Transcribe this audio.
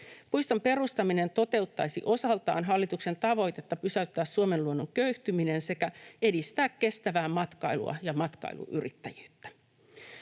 Puiston perustaminen toteuttaisi osaltaan hallituksen tavoitetta pysäyttää Suomen luonnon köyhtyminen sekä edistää kestävää matkailua ja matkailuyrittäjyyttä.